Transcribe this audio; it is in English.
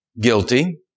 guilty